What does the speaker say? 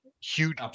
huge